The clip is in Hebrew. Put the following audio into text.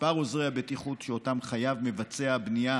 מספר עוזרי הבטיחות שאותם חייב מבצע הבנייה,